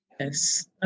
Yes